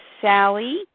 Sally